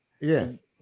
yes